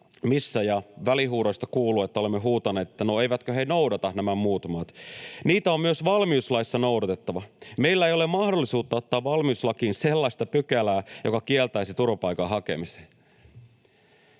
— Ja välihuudoista kuuluu, että olemme huutaneet, että no, eivätkö he noudata, nämä muut maat. — ”Niitä on myös valmiuslaissa noudatettava. Meillä ei ole mahdollisuutta ottaa valmiuslakiin sellaista pykälää, joka kieltäisi turvapaikan hakemisen.”